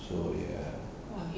so ya